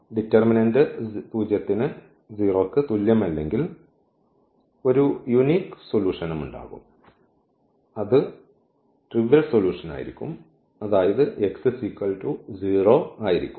determinant 0 ന് തുല്യമല്ലെങ്കിൽ ഒരു യൂനിക് സൊല്യൂഷൻമുണ്ടാകും അത് ട്രിവിയൽ സൊല്യൂഷൻമായിരിക്കും അതായത് x 0 ആയിരിക്കും